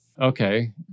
okay